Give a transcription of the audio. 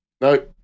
No